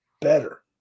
better